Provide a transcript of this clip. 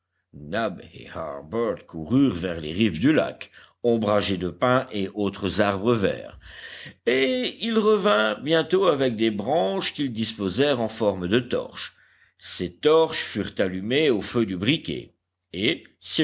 coururent vers les rives du lac ombragées de pins et autres arbres verts et ils revinrent bientôt avec des branches qu'ils disposèrent en forme de torches ces torches furent allumées au feu du briquet et